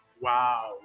wow